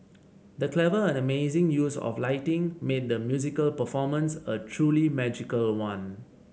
the clever and amazing use of lighting made the musical performance a truly magical one